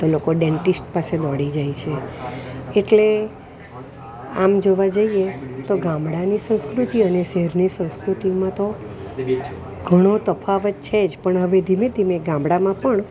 તો લોકો ડેંટીસ્ટ પાસે દોડી જાય છે એટલે આમ જોવા જઈએ તો ગામડાની સંસ્કૃતિ અને શહેરની સંસ્કૃતિમાં તો ઘણો તફાવત છે જ પણ હવે ધીમે ધીમે ગામડામાં પણ